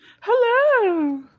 Hello